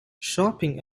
shopping